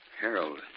Harold